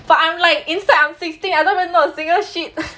for I'm like instead I'm sixteen I don't even know a single shit